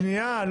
שנייה.